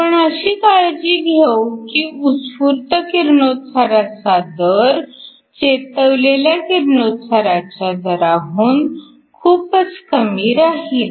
आपण अशी काळजी घेऊ की उत्स्फूर्त किरणोत्साराचा दर चेतवलेल्या किरणोत्साराच्या दराहून खूपच कमी राहील